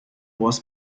was